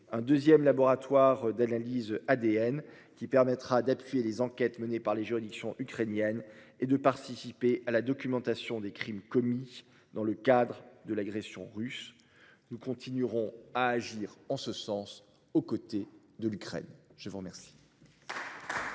un 2ème laboratoire d'analyse ADN qui permettra d'appuyer les enquêtes menées par les juridictions ukrainienne et de participer à la documentation des crimes commis dans le cadre de l'agression russe. Nous continuerons à agir en ce sens aux côtés de l'Ukraine. Je vous remercie.